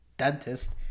dentist